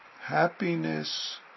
Happiness